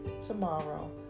tomorrow